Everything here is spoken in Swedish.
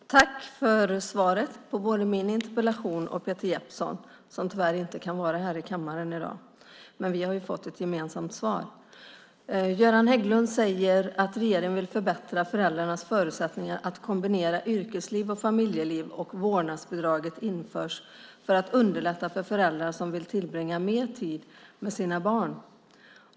Herr talman! Tack för svaret på både min interpellation och Peter Jeppssons interpellation, som tyvärr inte kan vara här i kammaren i dag. Vi har fått ett gemensamt svar. Göran Hägglund säger att regeringen vill förbättra föräldrarnas förutsättningar att kombinera yrkesliv och familjeliv och att vårdnadsbidraget införs för att underlätta för föräldrar som vill tillbringa mer tid med sina barn.